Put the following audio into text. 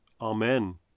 Amen